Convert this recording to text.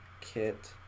kit